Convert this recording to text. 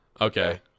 Okay